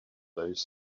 those